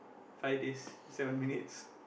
five days seven minutes